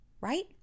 right